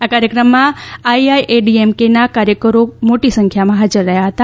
આ કાર્યક્રમમાં એઆઈએડીએમકેના કાર્યકરો મોટી સંખ્યામાં હાજર રહ્યા હતા